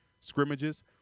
scrimmages